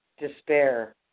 despair